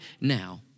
now